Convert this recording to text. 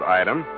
item